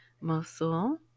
Mosul